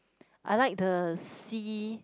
I like the sea